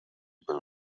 byl